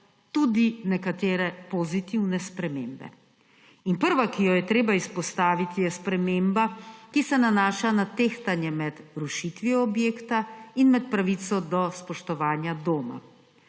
tudi nekatere pozitivne spremembe. Prva, ki jo je treba izpostaviti, je sprememba, ki se nanaša na tehtanje med rušitvijo objekta in med pravico do spoštovanja doma.